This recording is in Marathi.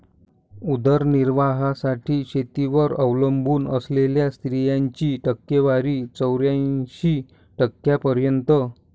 उदरनिर्वाहासाठी शेतीवर अवलंबून असलेल्या स्त्रियांची टक्केवारी चौऱ्याऐंशी टक्क्यांपर्यंत